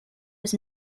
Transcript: was